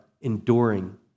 enduring